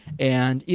and, you